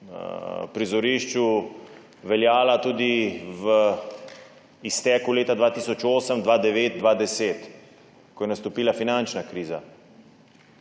prizorišču veljala tudi v izteku leta 2008, 2009, 2010, ko je nastopila finančna kriza.